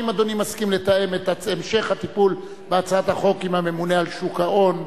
האם אדוני מסכים לתאם את המשך הטיפול בהצעת החוק עם הממונה על שוק ההון?